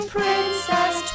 Princess